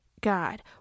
God